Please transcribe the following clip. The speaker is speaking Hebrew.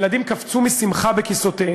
ילדים קפצו משמחה בכיסאותיהם.